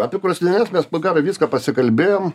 apie krosneles mes pagavę viską pasikalbėjom